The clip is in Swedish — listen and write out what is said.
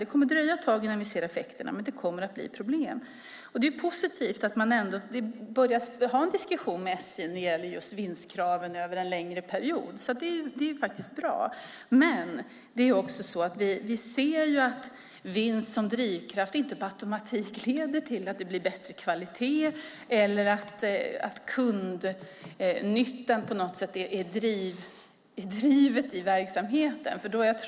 Det kommer att dröja ett tag innan vi får se effekterna men det kommer att bli problem. Det är positivt att vi börjar ha en diskussion med SJ om vinstkraven över en längre period. Det är bra. Men vi ser att vinst som drivkraft inte per automatik leder till att det blir bättre kvalitet eller att kundnyttan är drivet i verksamheten.